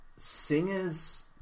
singers